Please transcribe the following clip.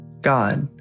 God